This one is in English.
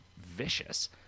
vicious